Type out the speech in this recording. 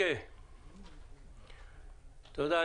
תודה,